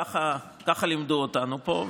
ככה לימדו אותנו פה,